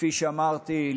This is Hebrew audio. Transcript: וכפי שאמרתי,